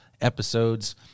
episodes